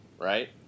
right